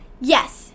Yes